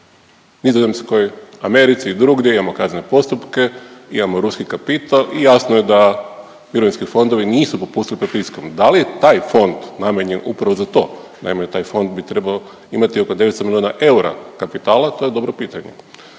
Americi i drugdje, imamo kaznene postupke, imamo ruski kapital i jasno je da mirovinski fondovi nisu popustili pod pritiskom. Da li je taj fond namijenjen upravo za to? Naime, taj fond bi trebao imati oko 900 milijuna eura kapitala, to je dobro pitanje.